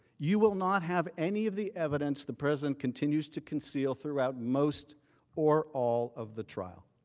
you will not have any of the evidence the president continues to conceal throughout most or all of the trial.